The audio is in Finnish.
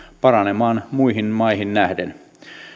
paranemaan muihin maihin nähden